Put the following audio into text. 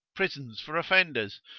prisons for offenders,